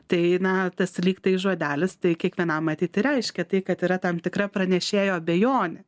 tai na tas lygtai žodelis tai kiekvienam matyt ir reiškia tai kad yra tam tikra pranešėjo abejonė